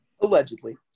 Allegedly